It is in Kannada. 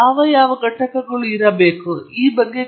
ಆದ್ದರಿಂದ ಘಟಕಗಳು ಇರಬೇಕು ಆದ್ದರಿಂದ ಅದು ಇಲ್ಲಿ ಕಾಣೆಯಾಗಿದೆ